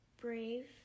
brave